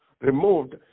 removed